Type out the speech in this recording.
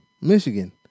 Michigan